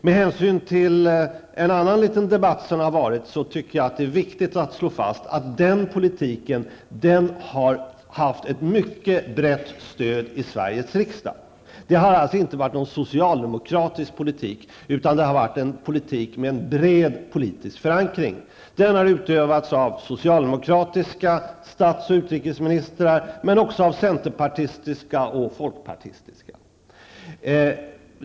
Med hänsyn till en annan liten debatt som har förekommit tycker jag att det är viktigt att slå fast att den politiken har haft ett mycket brett stöd i Sveriges riksdag. Det har alltså inte varit någon socialdemokratisk politik utan en politik med en bred politisk förankring. Den har utövats av socialdemokratiska stats och utrikesministrar, men också av centerpartistiska och folkpartistiska.